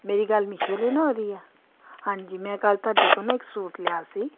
ਮੇਰੀ ਗੱਲ ਮੀਸ਼ੋ ਵਾਲਿਆ ਨਾਲ ਹੋ ਰਹੀ ਆ ਹਾਂਜੀ ਮੈਂ ਕੱਲ੍ਹ ਤੁਹਾਡੇ ਕੋਲ ਨਾ ਇੱਕ ਸੂਟ ਲਿਆ ਸੀ